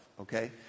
okay